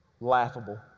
laughable